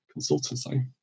consultancy